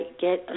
get